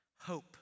Hope